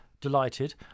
delighted